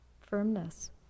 firmness